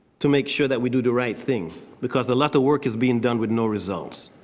to make sure that we do the right thing because a lot of work is being done with no results.